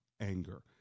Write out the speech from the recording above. anger